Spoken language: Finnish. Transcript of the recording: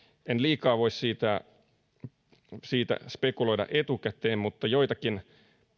en liikaa voi sitä spekuloida etukäteen mutta joitakin